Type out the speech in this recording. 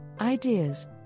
ideas